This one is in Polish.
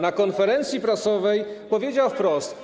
na konferencji prasowej powiedział wprost: